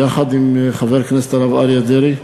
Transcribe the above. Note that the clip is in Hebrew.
יחד עם חבר הכנסת הרב אריה דרעי,